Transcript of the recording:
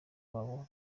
wabo